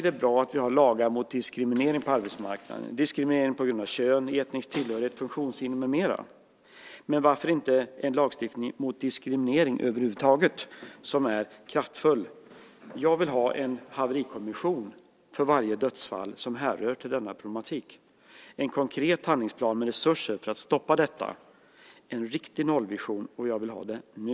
Det är bra att vi har lagar mot diskriminering på arbetsmarknaden på grund av kön, etnisk tillhörighet, funktionshinder med mera, men varför inte ha en kraftfull lagstiftning mot diskriminering över huvud taget? Jag vill ha en haverikommission för varje dödsfall som kan härröras till denna problematik, en konkret handlingsplan med resurser för att stoppa detta. Jag vill ha en riktig nollvision, och jag vill ha den nu.